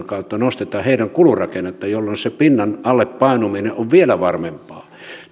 kautta nostamme heidän kulurakennettaan jolloin se pinnan alle painuminen on vielä varmempaa